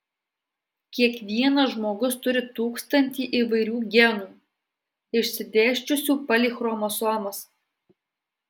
kiekvienas žmogus turi tūkstantį įvairių genų išsidėsčiusių palei chromosomas